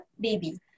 baby